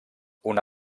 una